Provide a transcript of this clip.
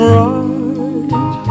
right